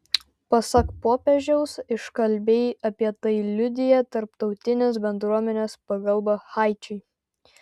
pasak popiežiaus iškalbiai apie tai liudija tarptautinės bendruomenės pagalba haičiui